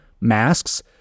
masks